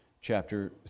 chapter